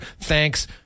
Thanks